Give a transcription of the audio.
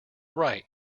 right